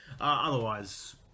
otherwise